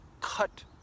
cut